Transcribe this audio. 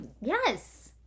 Yes